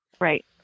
Right